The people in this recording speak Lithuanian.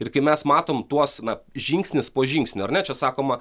ir kai mes matom tuos na žingsnis po žingsnio ar ne čia sakoma